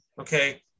Okay